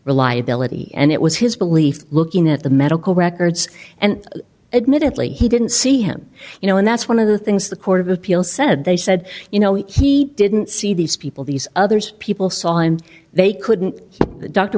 reliability and it was his belief looking at the medical records and admittedly he didn't see him you know and that's one of the things the court of appeal said they said you know he didn't see these people these others people saw and they couldn't dr